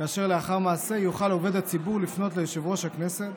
כאשר לאחר מעשה יוכל עובד הציבור לפנות ליושב-ראש הכנסת